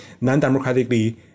non-democratically